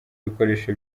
bikoresho